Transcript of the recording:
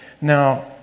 Now